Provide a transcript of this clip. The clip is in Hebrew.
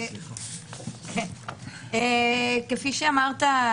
כפי שאמרת,